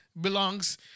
belongs